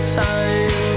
time